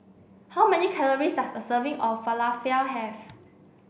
how many calories does a serving of Falafel have